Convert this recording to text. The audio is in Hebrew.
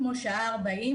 בתל-אביב.